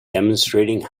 demonstrating